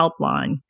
Helpline